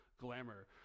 glamour